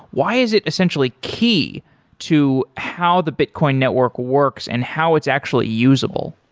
why is it essentially key to how the bitcoin network works and how it's actually usable?